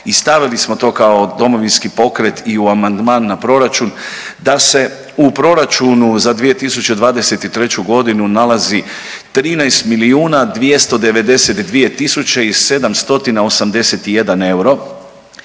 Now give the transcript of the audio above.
i stavili smo to kao Domovinski pokret i u amandman na proračun da se u proračunu za 2023. nalazi 13 milijuna